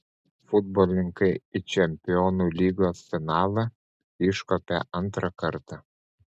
futbolininkai į čempionų lygos finalą iškopė antrą kartą